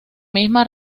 misma